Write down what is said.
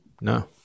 No